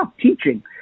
teaching